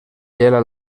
gela